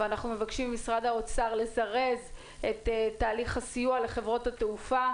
ואנחנו מבקשים ממשרד האוצר לזרז את תהליך הסיוע לחברות התעופה.